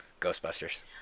Ghostbusters